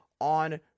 on